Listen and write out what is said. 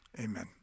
amen